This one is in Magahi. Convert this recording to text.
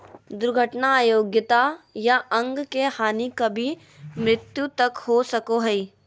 दुर्घटना अयोग्यता या अंग के हानि कभी मृत्यु तक हो सको हइ